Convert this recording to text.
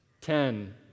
Ten